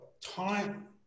time